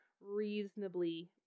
reasonably